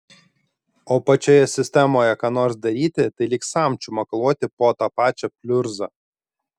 o pačioje sistemoje ką nors daryti tai lyg samčiu makaluoti po tą pačią pliurzą